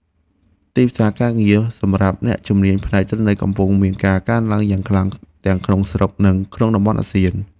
ទីផ្សារការងារសម្រាប់អ្នកជំនាញផ្នែកទិន្នន័យកំពុងមានការកើនឡើងយ៉ាងខ្លាំងទាំងក្នុងស្រុក និងក្នុងតំបន់អាស៊ាន។